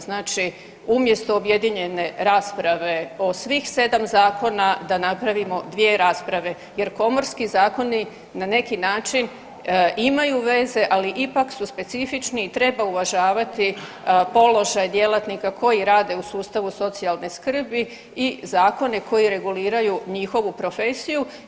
Znači umjesto objedinjene rasprave o svih 7 zakona da napravimo 2 rasprave jer komorski zakoni na neki način imaju veze, ali ipak su specifični i treba uvažavati položaj djelatnika koji rade u sustavu socijalne skrbi i zakone koji reguliraju njihovu profesiju.